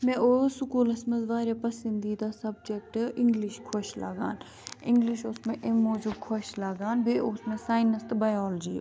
مےٚ اوٗس سکوٗلَس منٛز واریاہ پَسنٛدیٖدہ سَبجَکٹہٕ اِنٛگلِش خۄش لَگان اِنٛگلِش اوٗس مےٚ اَمہِ موٗجوب خۄش لَگان بیٚیہِ اوٗس مےٚ ساینَس تہٕ بَیالجی